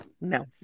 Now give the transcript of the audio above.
No